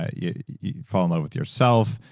ah you you fall in love with yourself,